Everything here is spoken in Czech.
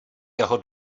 jeho